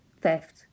theft